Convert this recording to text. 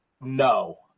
No